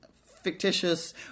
fictitious